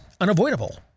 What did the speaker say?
unavoidable